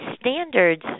Standards